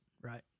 right